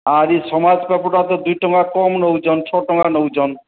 ଆଜି ସମାଜ ପେପର୍ଟା ତ ଦୁଇ ଟଙ୍କା କମ୍ ନେଉଛନ୍ ଛଅ ଟଙ୍କା ନେଉଛନ୍